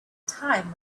time